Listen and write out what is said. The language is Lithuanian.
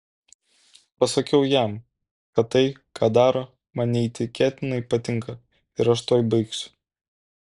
pasakiau jam kad tai ką daro man neįtikėtinai patinka ir aš tuoj baigsiu